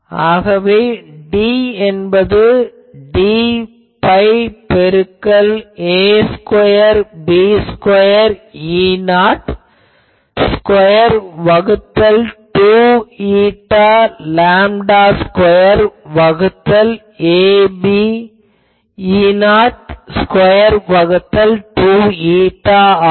ஆகவே D என்பது 4 pi பெருக்கல் a square b square E0 square வகுத்தல் 2η லேம்டா ஸ்கொயர் வகுத்தல் ab E0 ஸ்கொயர் வகுத்தல் 2η ஆகும்